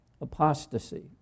apostasy